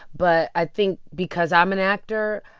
but i think because i'm an actor,